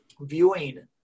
viewing